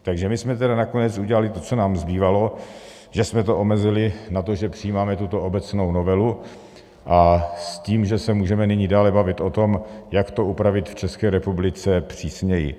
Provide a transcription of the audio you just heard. Takže my jsme nakonec udělali to, co nám zbývalo, že jsme to omezili na to, že přijímáme tuto obecnou novelu, s tím, že se můžeme nyní dále bavit o tom, jak to upravit v České republice přísněji.